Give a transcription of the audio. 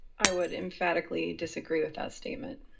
i would emphatically disagree with that statement.